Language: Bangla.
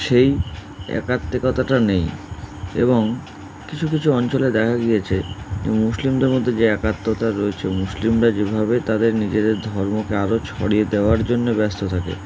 সেই একাত্ত্বিকতাটা নেই এবং কিছু কিছু অঞ্চলে দেখা গিয়েছে যে মুসলিমদের মধ্যে যে একাকিত্ব রয়েছে মুসলিমরা যেভাবে তাদের নিজেদের ধর্মকে আরও ছড়িয়ে দেওয়ার জন্যে ব্যস্ত থাকে